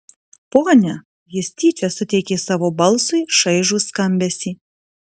ponia jis tyčia suteikė savo balsui šaižų skambesį